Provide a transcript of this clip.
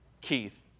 Keith